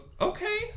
okay